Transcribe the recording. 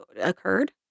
occurred